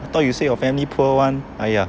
I thought you say your family poor [one] !aiya!